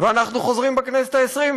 ואנחנו חוזרים בכנסת העשרים,